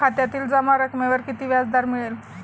खात्यातील जमा रकमेवर किती व्याजदर मिळेल?